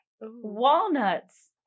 Walnuts